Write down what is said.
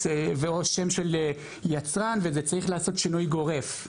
ו/או שם של יצרן וצריך לעשות שינוי גורף,